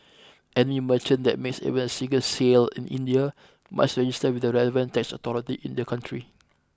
any merchant that makes even a single sale in India must register with the relevant tax authority in the country